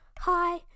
Hi